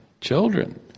children